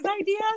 idea